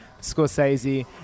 Scorsese